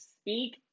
Speak